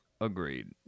agreed